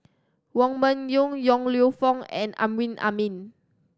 Wong Meng Voon Yong Lew Foong and Amrin Amin